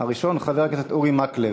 הראשון הוא חבר הכנסת אורי מקלב.